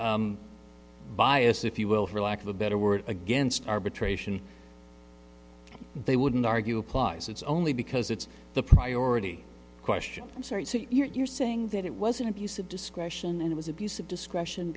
heavy bias if you will for lack of a better word against arbitration they wouldn't argue applies it's only because it's the priority question i'm sorry so you're saying that it was an abuse of discretion and it was abuse of discretion